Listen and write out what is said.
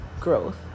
growth